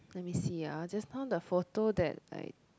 let me see ah just now the photo that like